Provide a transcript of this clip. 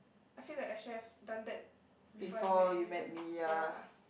I feel like I should have done that before I met you ya